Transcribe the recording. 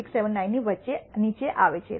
679 ની નીચે આવે છે